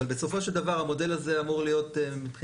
אבל בסופו של דבר המודל הזה אמור היה להיות יותר